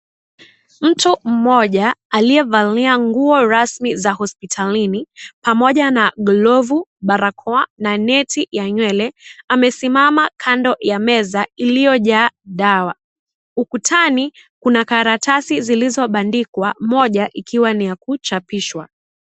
Mtu mmoja aliyevalia nguo rasmi za hospitalini pamoja na glovu, barakoa na neti ya nywele amesiamam kando ya meza iliyojaa dawa, ukutani kuna karatasi zilizobandikwa moja ikiwa ni ya kuchapishwa.